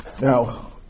Now